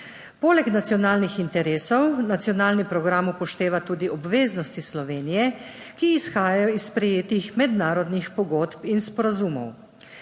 Poleg nacionalnih interesov nacionalni program upošteva tudi obveznosti Slovenije, ki izhajajo iz sprejetih mednarodnih pogodb in sporazumov.